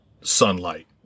sunlight